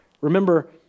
Remember